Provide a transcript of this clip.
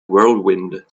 whirlwind